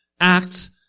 Acts